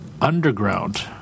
underground